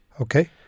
okay